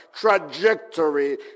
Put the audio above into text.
trajectory